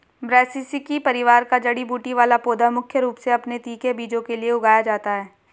ब्रैसिसेकी परिवार का जड़ी बूटी वाला पौधा मुख्य रूप से अपने तीखे बीजों के लिए उगाया जाता है